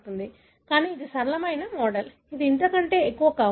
కానీ ఇది సరళమైన మోడల్ అది అంతకంటే ఎక్కువ కావచ్చు